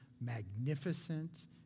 magnificent